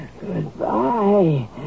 Goodbye